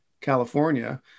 California